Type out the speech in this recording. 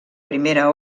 primera